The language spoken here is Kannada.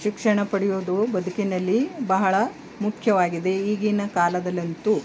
ಶಿಕ್ಷಣ ಪಡೆಯೋದು ಬದುಕಿನಲ್ಲಿ ಬಹಳ ಮುಖ್ಯವಾಗಿದೆ ಈಗಿನ ಕಾಲದಲ್ಲಂತೂ